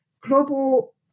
global